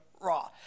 raw